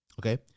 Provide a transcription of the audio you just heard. Okay